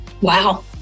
Wow